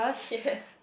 yes